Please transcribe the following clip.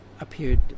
appeared